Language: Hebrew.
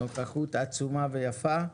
נוכחות עצומה ויפה.